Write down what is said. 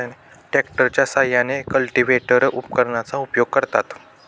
ट्रॅक्टरच्या साहाय्याने कल्टिव्हेटर उपकरणाचा उपयोग करतात